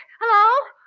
hello